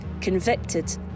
convicted